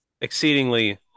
exceedingly